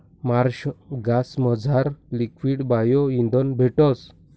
Marsh गॅसमझार liquid bio इंधन भेटस